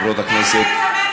להיתמם.